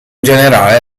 generale